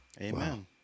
Amen